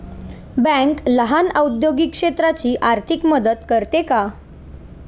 Bank लहान औद्योगिक क्षेत्राची आर्थिक मदत करते का?